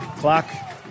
clock